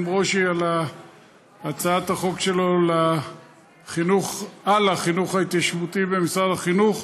ברושי על הצעת החוק שלו על החינוך ההתיישבותי במשרד החינוך.